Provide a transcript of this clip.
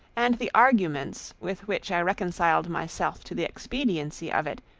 and the arguments with which i reconciled myself to the expediency of it,